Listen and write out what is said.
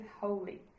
holy